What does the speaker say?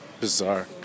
Bizarre